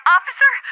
Officer